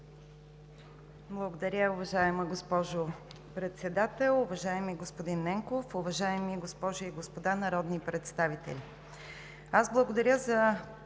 Благодаря, уважаема госпожо Председател. Уважаеми господин Ненков, уважаеми госпожи и господа народни представители! Благодаря за